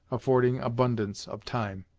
affording abundance of time.